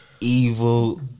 Evil